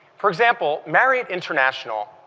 for example, marriott international,